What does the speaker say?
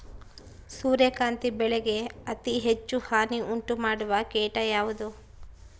ಸೂರ್ಯಕಾಂತಿ ಬೆಳೆಗೆ ಅತೇ ಹೆಚ್ಚು ಹಾನಿ ಉಂಟು ಮಾಡುವ ಕೇಟ ಯಾವುದು?